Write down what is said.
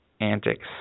antics